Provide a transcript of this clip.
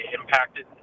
impacted